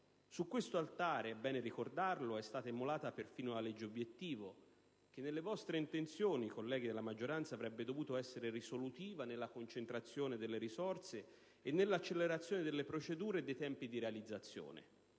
Su questo altare è stata immolata perfino la cosiddetta Legge obiettivo, che nelle vostre intenzioni, colleghi della maggioranza, avrebbe dovuto essere risolutiva nella concentrazione delle risorse e nell'accelerazione delle procedure e dei tempi di realizzazione.